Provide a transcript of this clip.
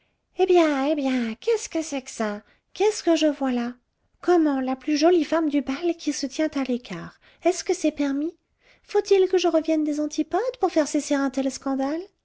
eh bien eh bien qu'est-ce que c'est que ça qu'est-ce que je vois là comment la plus jolie femme du bal qui se tient à l'écart est-ce que c'est permis faut-il que je revienne des antipodes pour faire cesser un